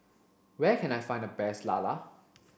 where can I find the best Lala